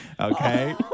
okay